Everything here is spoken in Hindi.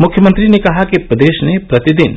मुख्यमंत्री ने कहा कि प्रदेश ने प्रतिदिन